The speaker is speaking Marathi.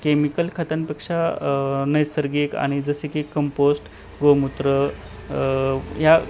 केमिकल खतांपेक्षा नैसर्गिक आणि जसे की कंपोस्ट गोमूत्र या